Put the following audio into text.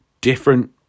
different